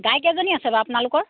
গাইকেইজনী আছে বা আপোনালোকৰ